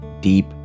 deep